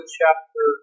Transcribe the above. chapter